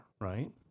right